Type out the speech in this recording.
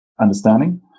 understanding